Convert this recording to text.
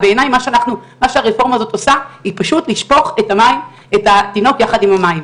בעיניי מה שהרפורמה הזאת עושה זה פשוט לשפוך את התינוק יחד עם המים.